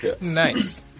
Nice